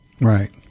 right